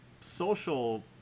social